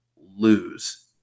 lose